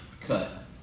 cut